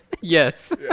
yes